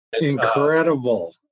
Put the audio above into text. Incredible